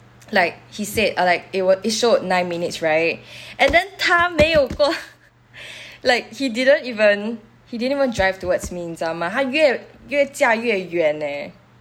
like he said I like it wil~ it showed nine minutes right and then 他没有过 like he didn't even he didn't even drive towards me 你知道吗他越越驾越远 leh